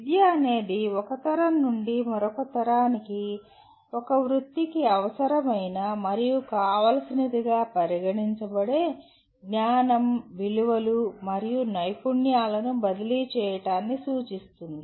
విద్య అనేది ఒక తరం నుండి మరొక తరానికి ఒక వృత్తికి అవసరమైన మరియు కావాల్సినదిగా పరిగణించబడే జ్ఞానం విలువలు మరియు నైపుణ్యాలను బదిలీ చేయడాన్ని సూచిస్తుంది